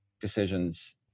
decisions